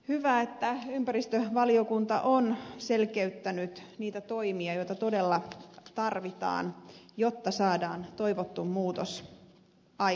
hyvä että ympäristövaliokunta on selkeyttänyt niitä toimia joita todella tarvitaan jotta saadaan toivottu muutos aikaiseksi